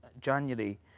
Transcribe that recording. January